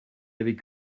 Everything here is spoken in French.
avait